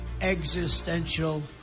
existential